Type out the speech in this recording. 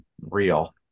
real